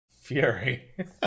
Fury